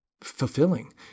fulfilling